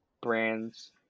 brands